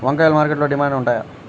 వంకాయలు మార్కెట్లో డిమాండ్ ఉంటాయా?